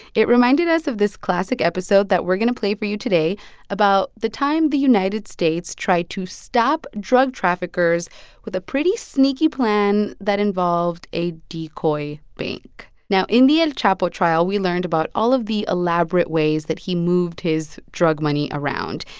it reminded us of this classic episode that we're going to play for you today about the time the united states tried to stop drug traffickers with a pretty sneaky plan that involved a decoy bank. now, in the el chapo trial, we learned about all of the elaborate ways that he moved his drug money around.